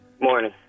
morning